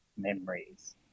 memories